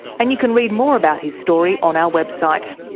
and you can read more about his story on our website.